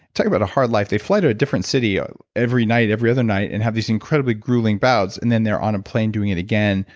talk about a hard life. they fly to a different city ah every night, every other night, and have these incredibly grueling bouts and then they're on a plane doing it again,